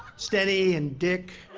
stenny and dick.